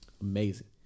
Amazing